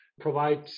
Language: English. provide